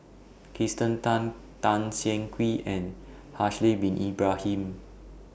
Kirsten Tan Tan Siah Kwee and Haslir Bin Ibrahim